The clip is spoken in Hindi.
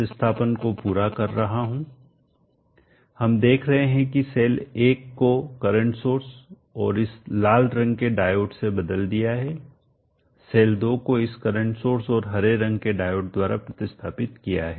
प्रतिस्थापन को पूरा कर रहा हूं हम देख रहे हैं की सेल 1 को करंट सोर्स और इस लाल रंग के डायोड से बदल दिया है सेल 2 को इस करंट सोर्स और हरे रंग के डायोड द्वारा प्रतिस्थापित किया है